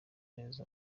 neza